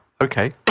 Okay